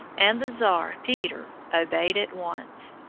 and the tsar peter obeyed at once.